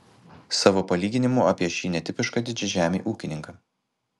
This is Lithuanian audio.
savo palyginimu apie šį netipišką didžiažemį ūkininką